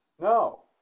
No